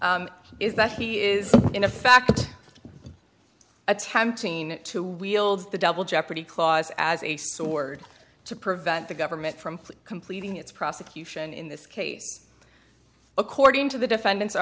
s is that he is in a fact attempting to wield the double jeopardy clause as a sword to prevent the government from completing its prosecution in this case according to the defendant's